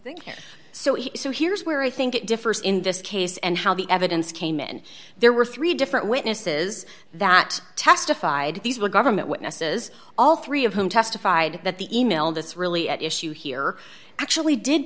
thing so is so here's where i think it differs in this case and how the evidence came in there were three different witnesses that testified these were government witnesses all three of whom testified that the e mail that's really at issue here actually did